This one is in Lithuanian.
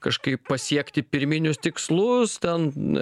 kažkaip pasiekti pirminius tikslus ten